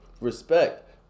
respect